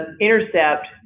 intercept